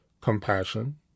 Compassion